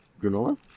Granola